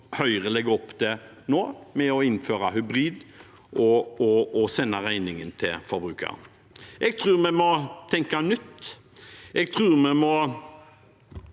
Høyre legger opp til nå, med å innføre hybridkabler og sende regningen til forbrukerne. Jeg tror vi må tenke nytt. Jeg tror vi må